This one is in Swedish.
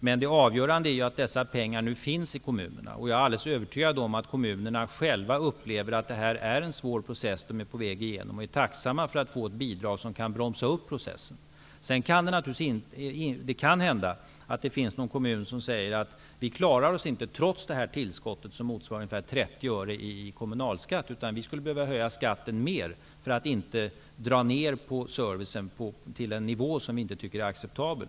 Men det avgörande är att dessa pengar nu finns i kommunerna, och jag är alldeles övertygad om att man i kommunerna upplever att detta är en svår process som man är på väg att gå igenom. Man är därför tacksam för att få ett bidrag som kan bromsa upp processen. Det kan hända att det finns någon kommun där man säger: Vi klarar oss inte trots detta tillskott som motsvarar ungefär 30 öre i kommunalskatt, utan vi skulle behöva höja skatten mer för att inte dra ner servicen till en nivå som är oacceptabel.